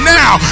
now